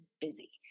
busy